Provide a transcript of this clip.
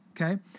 Okay